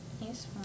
Yes